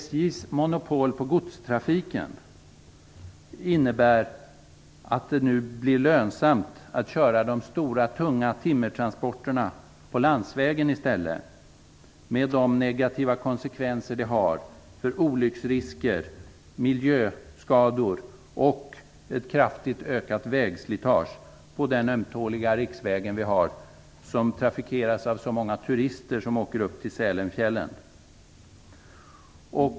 SJ:s monopol på godstrafiken innebär att det nu blir lönsamt att köra de stora tunga timmertransporterna på landsvägen i stället, med de negativa konsekvenser det får med olycksrisker, miljöskador och ett kraftigt ökat vägslitage på den ömtåliga riksvägen, som trafikeras av så många turister som åker upp till Sälenfjällen.